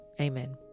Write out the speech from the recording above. Amen